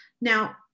Now